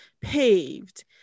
paved